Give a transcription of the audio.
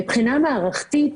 מבחינה מערכתית,